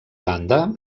banda